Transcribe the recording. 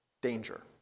danger